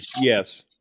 Yes